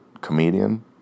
comedian